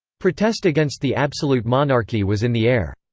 protest against the absolute monarchy was in the air.